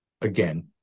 again